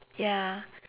ya